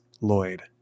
Lloyd